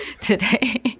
today